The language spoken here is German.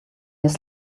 ist